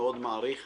אני מעריך מאוד.